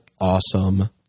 awesome